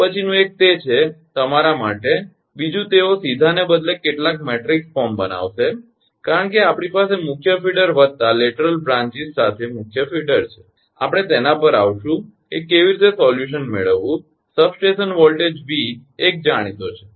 હવે પછીનું એક તે છે કે તમારા માટે બીજું તેઓ સીધાને બદલે કેટલાક મેટ્રિક્સ ફોર્મ બનાવશે કારણ કે આપણી પાસે મુખ્ય ફીડર વત્તા લેટરલ બ્રાંચીસ સાથે મુખ્ય ફીડર છે આપણે તેના પર આવીશું કે કેવી રીતે સોલ્યુશન મેળવવું સબસ્ટેશન વોલ્ટેજ V 1 જાણીતો છે